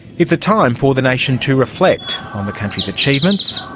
it's a time for the nation to reflect on the country's achievements,